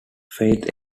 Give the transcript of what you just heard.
faith